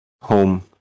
home